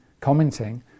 commenting